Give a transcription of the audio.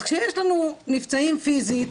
אז כשיש לנו נפצעים פיזית,